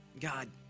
God